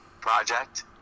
project